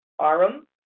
Arum